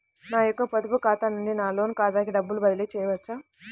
నా యొక్క పొదుపు ఖాతా నుండి నా లోన్ ఖాతాకి డబ్బులు బదిలీ చేయవచ్చా?